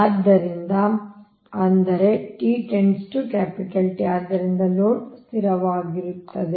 ಆದ್ದರಿಂದ ಅಂದರೆ ಆದ್ದರಿಂದ ಲೋಡ್ ಸ್ಥಿರವಾಗಿರುತ್ತದೆ